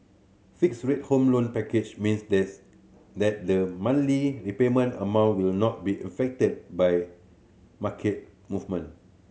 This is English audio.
fixed rate Home Loan packages means this that the monthly repayment amount will not be affected by market movement